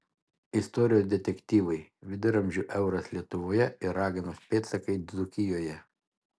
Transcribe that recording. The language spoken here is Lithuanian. istorijos detektyvai viduramžių euras lietuvoje ir raganos pėdsakai dzūkijoje